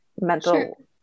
mental